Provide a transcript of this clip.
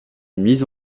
mise